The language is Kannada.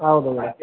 ಹಾಂ ಹೌದು ಮೇಡಮ್